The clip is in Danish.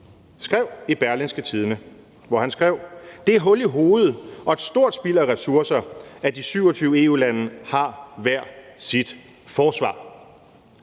skrev i Berlingske Tidende, hvor han skrev: »Det er hul i hovedet og et stort spild af ressourcer, at de 27 EU-lande har hver sit forsvar.«